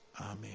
Amen